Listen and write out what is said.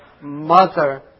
mother